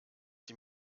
die